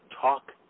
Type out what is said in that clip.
Talk